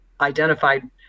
identified